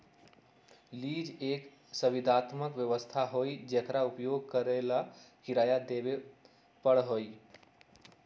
lease एक संविदात्मक व्यवस्था हई जेकरा उपयोग करे ला किराया देवे पड़ा हई